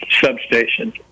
substation